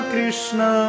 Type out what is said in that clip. Krishna